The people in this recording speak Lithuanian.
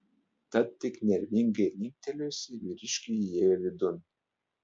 tad tik nervingai linktelėjusi vyriškiui įėjo vidun